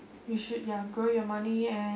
you should ya grow your money and